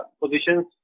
positions